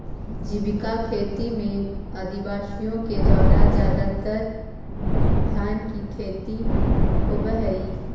जीविका खेती में आदिवासियों के द्वारा ज्यादातर धान की खेती होव हई